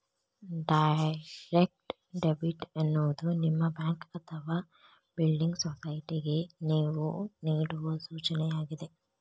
direct debit ಎನ್ನುವುದು ನಿಮ್ಮ bank ಅಥವಾ ಬಿಲ್ಡಿಂಗ್ ಸೊಸೈಟಿಗೆ ನೇವು ನೇಡುವ ಸೂಚನೆಯಾಗಿದೆ